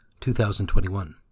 2021